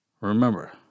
Remember